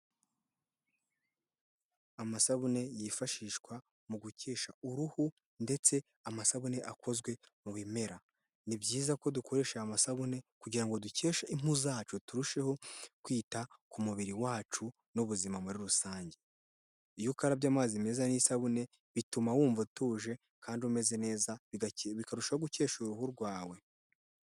Amasabune yifashishwa mu gukesha uruhu, ndetse amasabune akozwe mu bimera. Ni byiza ko dukoresha aya masabune kugirango ngo dukeshe impu zacu, turusheho kwita ku mubiri wacu n'ubuzima muri rusange. Iyo ukarabye amazi meza n'isabune bituma wumva utuje kandi umeze neza, bikarushaho gukesha uruhu rwawe.